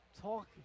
talk